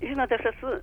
žinot aš esu